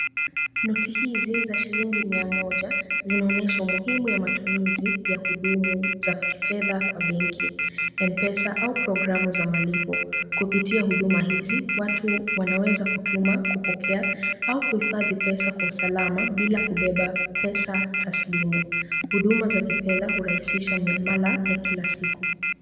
Noti hizi za shilingi mia moja, zinaonyesha umuhimu ya matumizi ya huduma za kifedha kwa benki, M-Pesa au programu za malipo. Kupitia huduma hizi, watu wanaweza kutuma, kupokea au kuhifadhi pesa kwa usalama bila kubeba pesa taslimu. Huduma za kifedha hurahisisha miamala ya kila siku.